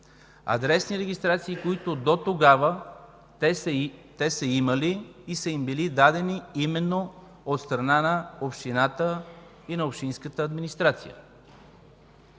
адресни регистрации, които дотогава са имали и са им били дадени именно от страна на общината, на общинската администрация.